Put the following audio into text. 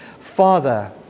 Father